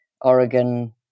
Oregon